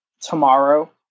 tomorrow